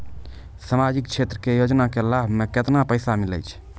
समाजिक क्षेत्र के योजना के लाभ मे केतना पैसा मिलै छै?